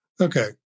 Okay